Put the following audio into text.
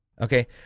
Okay